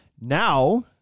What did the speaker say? Now